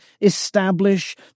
establish